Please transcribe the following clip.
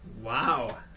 Wow